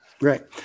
Right